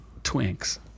Twinks